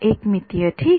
एकमितीय ठीक